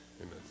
Amen